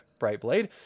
Brightblade